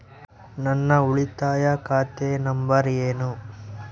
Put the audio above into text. ನನ್ನ ಉಳಿತಾಯ ಖಾತೆ ನಂಬರ್ ಏನು?